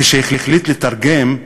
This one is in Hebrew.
כשהחליט לתרגם,